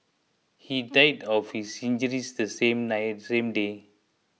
he died of his injuries the same night same day